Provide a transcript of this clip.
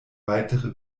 weitere